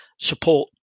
support